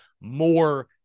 more